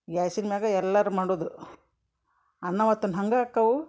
ಗ್ಯಾಸಿನ ಮ್ಯಾಲ ಎಲ್ಲಾರೂ ಮಾಡೋದು ಅನ್ನ ಒತ್ತುನ್ ಹಂಗೆ ಅಕ್ಕಾವು